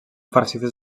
farcides